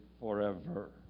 forever